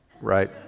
Right